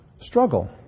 struggle